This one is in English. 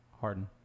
Harden